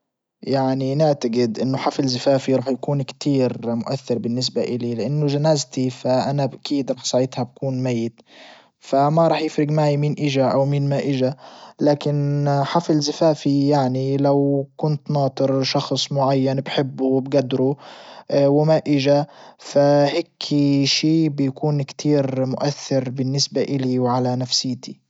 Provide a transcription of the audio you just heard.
يعني نعتجد انه حفل زفافي راح يكون كتير مؤثر بالنسبة الي لانه جنازتي فانا اكيد راح صايتها بكون ميت فما راح يفرج معي مين اجا او مين ما اجا لكن حفل زفافي يعني لو كنت ناطر شخص معين بحبه وبجدره وما اجا فهيكي شي بكون كتير مؤثر بالنسبة الي وعلى نفسيتي